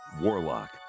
Warlock